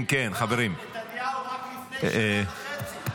אם כן, חברים --- אבל נתניהו רק לפני שנה וחצי,